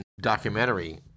documentary